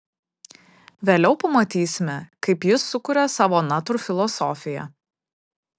vėliau pamatysime kaip jis sukuria savo natūrfilosofiją